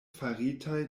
faritaj